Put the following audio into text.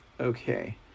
Okay